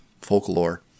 folklore